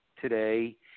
today